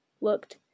looked